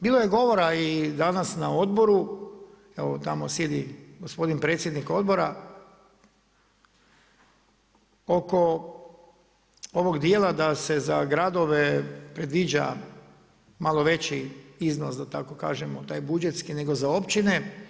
Bilo je govora i danas na odboru, evo tamo sjedi gospodin predsjednik odbora, oko ovog dijela da se za gradove predviđa malo veći iznos, da tako kažem, taj budžetski nego za općine.